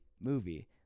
movie